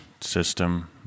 system